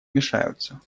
мешаются